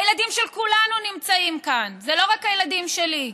הילדים של כולנו נמצאים כאן, לא רק הילדים שלי,